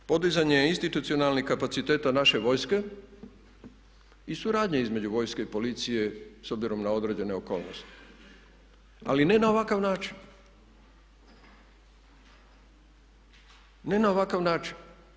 Podizanje institucionalnih kapaciteta naše vojske i suradnja između vojske i policije s obzirom na određene okolnosti, ali ne na ovakav način.